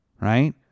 Right